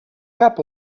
cap